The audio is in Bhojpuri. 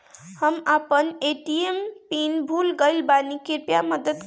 हम अपन ए.टी.एम पिन भूल गएल बानी, कृपया मदद करीं